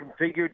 Configured